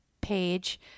page